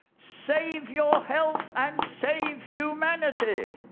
save your health and save humanity.